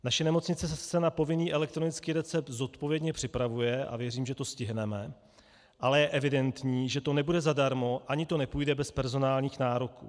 Naše nemocnice se na povinný elektronický recept zodpovědně připravuje a věřím, že to stihneme, ale je evidentní, že to nebude zadarmo a ani to nepůjde bez personálních nároků.